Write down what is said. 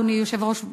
אדוני היושב-ראש,